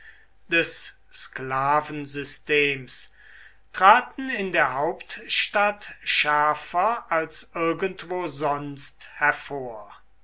des sklavensystems traten in der hauptstadt schärfer als irgendwo sonst hervor